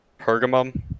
Pergamum